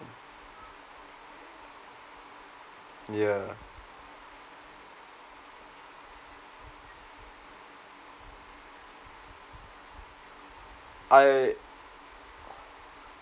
yeah I